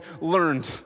learned